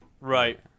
Right